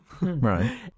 Right